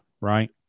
right